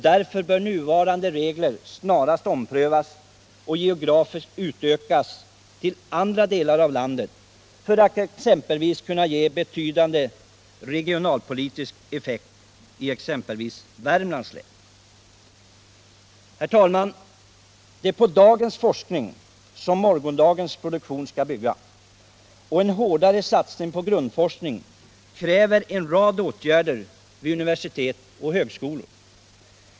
Därför bör nuvarande regler snarast omprövas och geografiskt utökas till andra delar av landet för att kunna ge betydande regionalpolitisk effekt, exempelvis i Värmlands län. Det är på dagens forskning som morgondagens produktion skall bygga. En hårdare satsning på grundforskning kräver en rad åtgärder vid universitet och högskolor.